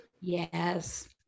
yes